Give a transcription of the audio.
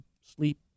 sleep